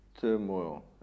turmoil